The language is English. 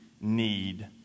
need